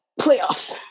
playoffs